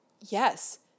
Yes